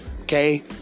Okay